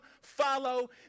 follow